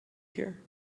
here